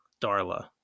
Darla